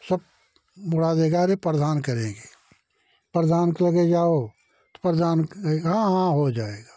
सब मुड़ा देगा अरे प्रधान करेंगे प्रधान को लगे जाओ तो प्रधान कहेगा हाँ हाँ हो जाएगा